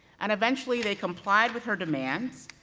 and eventually they complied with her demands.